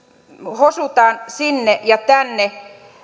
hosutaan sinne ja tänne